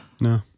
No